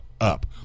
up